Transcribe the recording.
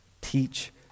teach